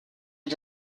est